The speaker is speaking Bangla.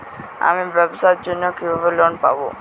আমি ব্যবসার জন্য কিভাবে লোন পাব?